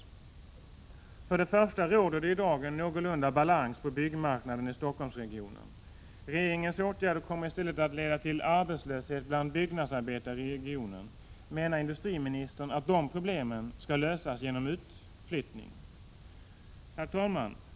För det första råder det i dag en någorlunda god balans på byggmarknaden i Stockholmsregionen. Regeringens åtgärder kommer att leda till arbetslöshet bland byggnadsarbetare i regionen. Menar industriministern att de problemen skall lösas genom utflyttning?